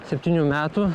septynių metų